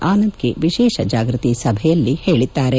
Anand K ವಿಶೇಷ ಜಾಗೃತಿ ಸಭೆಯಲ್ಲಿ ಹೇಳಿದ್ದಾರೆ